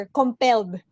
compelled